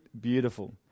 beautiful